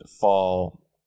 fall